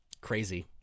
crazy